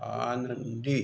आनंदी